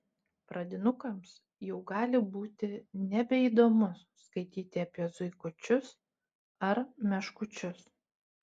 pradinukams jau gali būti nebeįdomu skaityti apie zuikučius ar meškučius